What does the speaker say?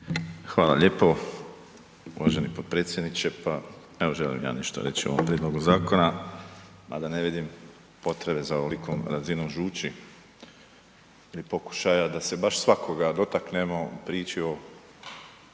Hvala lijepo uvaženi potpredsjedniče. Pa evo želim ja nešto reći o ovom prijedlogu zakona mada ne vidim potrebe za ovolikom razinom žući ili pokušaja da se baš svakoga dotaknemo u priči o